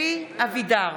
אלי אבידר,